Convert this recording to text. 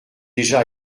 déjà